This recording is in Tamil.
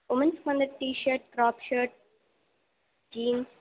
உமன்ஸ்க்கு வந்து டிஷர்ட் கிராப் ஷர்ட் ஜீன்ஸ்